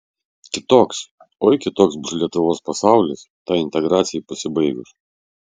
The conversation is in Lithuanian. kitoks oi kitoks bus lietuvos pasaulis tai integracijai pasibaigus